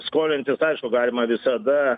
skolintis aišku galima visada